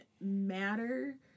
matter